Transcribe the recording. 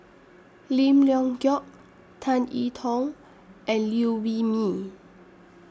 Lim Leong Geok Tan Tong and Liew Wee Mee